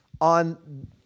on